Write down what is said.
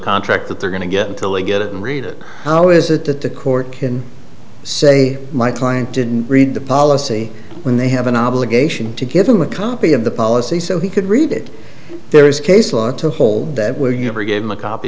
contract that they're going to get until they get it and read it how is the court can say my client didn't read the policy when they have an obligation to give him a copy of the policy so he could read it there is case law to hold that where you ever gave him a copy